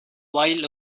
while